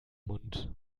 mund